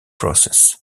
process